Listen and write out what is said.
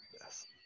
Yes